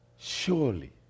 Surely